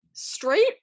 straight